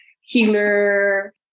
healer